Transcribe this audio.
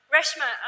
Reshma